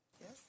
Yes